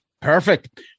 Perfect